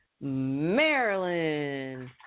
Maryland